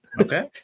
Okay